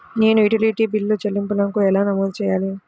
నేను utility bill చెల్లింపులను ఎలా నమోదు చేయాలి?